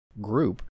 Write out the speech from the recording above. group